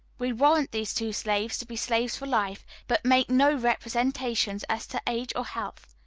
we warrant these two slaves to be slaves for life, but make no representations as to age or health.